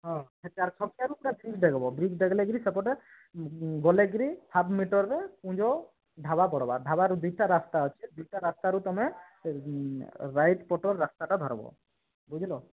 ହଁ ହେ ଚାର୍ ଛକିଆରୁ ପୁରା ବ୍ରିଜ୍ ଡେଇଁବ ବ୍ରିଜ୍ ଡେଗଲେ କିରି ସେପଟେ ଗଲେ କିରି ହାପ୍ ମିଟରରେ କୁଞ୍ଜ ଢାବା ପଡ଼ବା ଢାବାରୁ ଦୁଇଟା ରାସ୍ତା ଅଛି ଦୁଇଟା ରାସ୍ତାରୁ ତୁମେ ସେ ରାଇଟ୍ ପଟର ରାସ୍ତାଟା ଧର୍ବ ବୁଝିଲ